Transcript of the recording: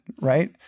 right